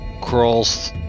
crawls